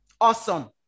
Awesome